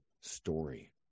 story